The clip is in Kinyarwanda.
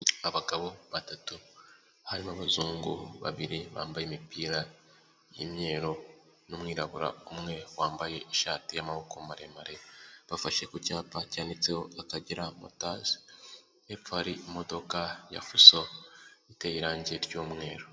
Abagabo batatu harimo abazungu, babiri bambaye imipira y'imyeru n'umwirabura umwe wambaye ishati y'amaboko maremare, bafashe ku cyapa cyanditseho akagera motasi hepfo hari imodoka ya fuso iteye irangi ry'umweru.